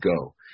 go